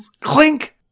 clink